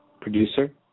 producer